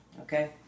Okay